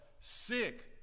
sick